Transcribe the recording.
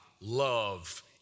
love